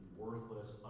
worthless